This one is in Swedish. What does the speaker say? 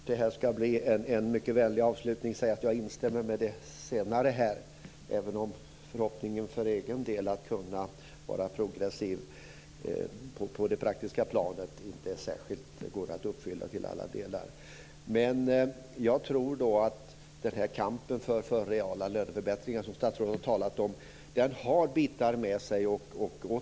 Fru talman! Får jag för att det ska bli en mycket vänlig avslutning säga att jag instämmer med det senare, även om förhoppningen för egen del om att kunna vara progressiv på det praktiska planet inte går att motsvara till alla delar. Jag tror att den kamp för reala löneförbättringar som statsrådet talat om har bitar med sig.